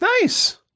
Nice